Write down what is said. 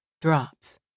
drops